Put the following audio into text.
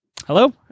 Hello